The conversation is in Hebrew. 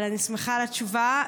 אני שמחה על התשובה.